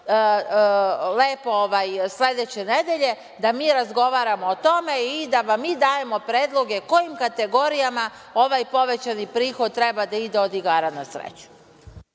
lepo, sledeće nedelje da mi razgovaramo o tome i da vam mi dajemo predloge kojim kategorijama ovaj povećani prihod treba da ide od igara na sreću.